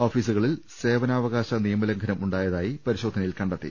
ഓഫീസുകളിൽ സേവനാവകാശ നിയമലം ഘനം ഉണ്ടായതായി പരിശോധനയിൽ കണ്ടെത്തി